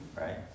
right